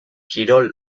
kirol